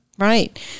Right